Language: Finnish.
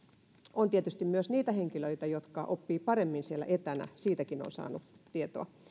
on tietysti myös niitä henkilöitä jotka oppivat paremmin siellä etänä siitäkin olen saanut tietoa